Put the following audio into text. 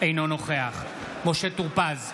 אינו נוכח משה טור פז,